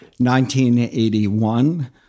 1981